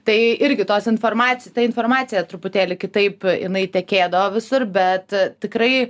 tai irgi tos informac ta informacija truputėlį kitaip jinai tekėdavo visur bet tikrai